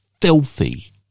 filthy